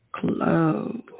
Close